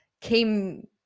came